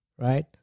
right